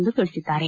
ಎಂದು ತಿಳಿಸಿದ್ದಾರೆ